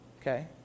okay